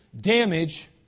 damage